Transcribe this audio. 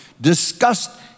discussed